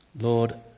Lord